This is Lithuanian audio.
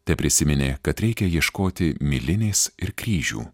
teprisiminė kad reikia ieškoti milinės ir kryžių